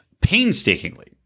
painstakingly